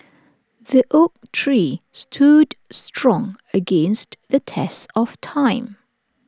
the oak tree stood strong against the test of time